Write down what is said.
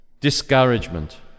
Discouragement